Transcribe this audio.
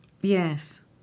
Yes